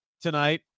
tonight